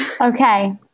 Okay